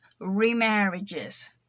remarriages